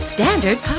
Standard